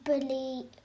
bully